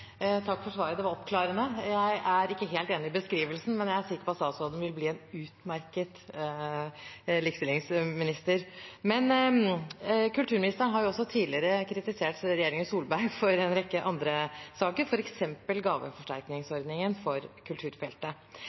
Takk for svaret. Det var oppklarende. Jeg er ikke helt enig i beskrivelsen, men jeg er sikker på at statsråden vil bli en utmerket likestillingsminister. Kulturministeren har også tidligere kritisert regjeringen Solberg for en rekke saker, f.eks. gaveforsterkningsordningen for kulturfeltet.